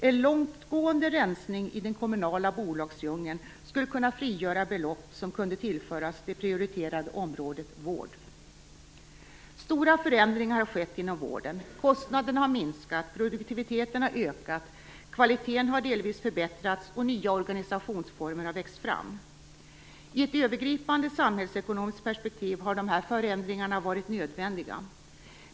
En långtgående rensning i den kommunala bolagsdjungeln skulle kunna frigöra belopp som kunde tillföras det prioriterade området vård. Stora förändringar har skett inom vården, kostnaderna har minskat, produktiviteten har ökat, kvaliteten har delvis förbättrats och nya organisationsformer har växt fram. I ett övergripande samhällsekonomiskt perspektiv har dessa förändringar varit nödvändiga.